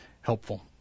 helpful